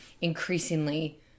increasingly